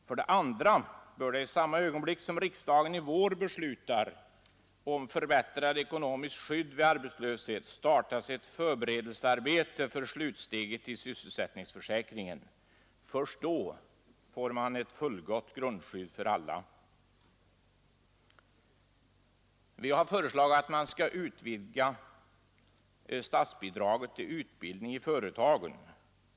För det andra bör det i samma ögonblick som riksdagen i vår beslutar om förbättrat ekonomiskt skydd vid arbetslöshet startas ett förberedelsearbete för slutsteget i sysselsättningsförsäkringen. Först då får man ett fullgott grundskydd för alla. Vi har föreslagit att man skall utvidga statsbidraget till utbildning i företagen.